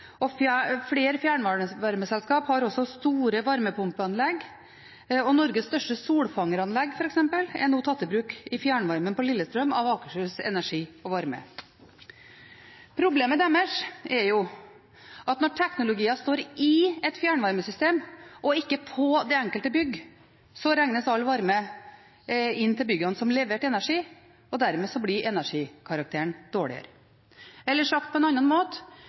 og flere fjernvarmeselskap har også store varmepumpeanlegg. Norges største solfanger-anlegg, f.eks., er nå tatt i bruk i fjernvarmen på Lillestrøm av Akershus Energi Varme. Problemet deres er at når teknologier står i et fjernvarmesystem – og ikke på det enkelte bygg – så regnes all varme inn til byggene som levert energi, og dermed blir energikarakteren dårligere. Eller sagt på en annen måte: